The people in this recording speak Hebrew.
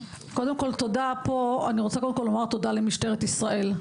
אני קודם כל רוצה לומר פה תודה למשטרת ישראל.